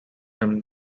him